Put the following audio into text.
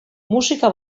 musika